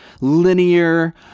linear